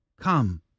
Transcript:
Come